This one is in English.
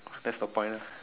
that's the point ah